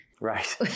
Right